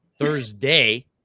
Thursday